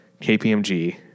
KPMG